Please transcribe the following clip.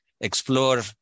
explore